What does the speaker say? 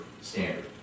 standard